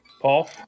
Paul